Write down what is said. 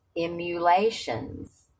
Emulations